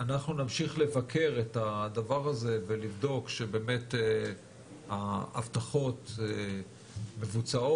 נמשיך לבקר את הדבר הזה ולבדוק שבאמת ההבטחות מבוצעות,